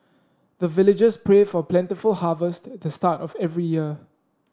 the villagers pray for plentiful harvest at the start of every year